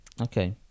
Okay